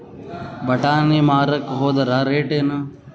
ಬಟಾನಿ ಮಾರಾಕ್ ಹೋದರ ರೇಟೇನು?